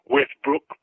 Westbrook